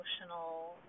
emotional